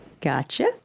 Gotcha